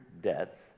debts